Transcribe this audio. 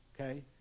okay